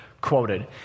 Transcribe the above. quoted